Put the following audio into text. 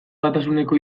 batasuneko